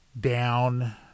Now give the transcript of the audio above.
down